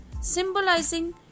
symbolizing